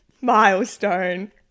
milestone